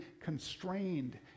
constrained